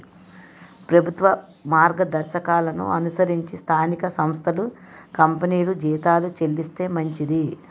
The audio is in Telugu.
ప్రభుత్వ మార్గదర్శకాలను అనుసరించి స్థానిక సంస్థలు కంపెనీలు జీతాలు చెల్లిస్తే మంచిది